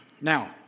Now